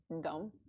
dumb